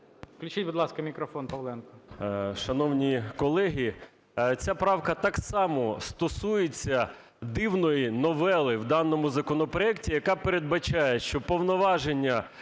Включіть, будь ласка, мікрофон Павленку.